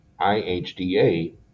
IHDA